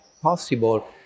possible